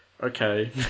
okay